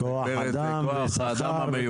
כוח אדם מיומן,